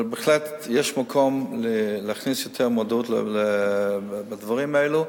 בהחלט יש מקום להכניס יותר מודעות בדברים האלה.